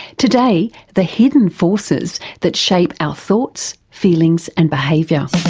today, the hidden forces that shape our thoughts, feelings and behaviourwhat